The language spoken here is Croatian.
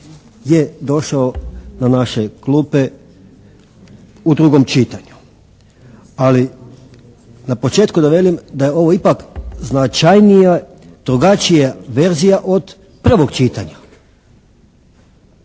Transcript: je došao na naše klupe u drugom čitanju, ali na početku da velim da je ovo ipak značajnija, drugačija verzija od prvog čitanja.